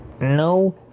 no